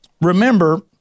remember